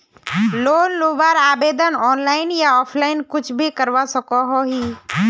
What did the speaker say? Loan लुबार आवेदन online या ऑफलाइन कुछ भी करवा सकोहो ही?